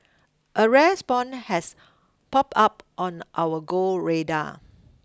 a rare spawn has pop up on our Go radar